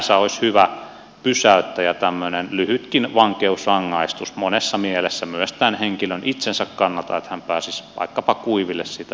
sinänsä olisi hyvä pysäyttäjä tämmöinen lyhytkin vankeusrangaistus monessa mielessä myös tämän henkilön itsensä kannalta että hän pääsisi vaikkapa kuiville niistä viinan kiroista